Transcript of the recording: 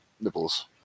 nipples